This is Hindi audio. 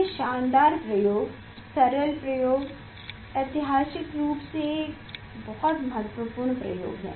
यह शानदार प्रयोग सरल प्रयोग ऐतिहासिक रूप से बहुत महत्वपूर्ण प्रयोग है